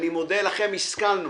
אני מודה לכם, הסכמנו.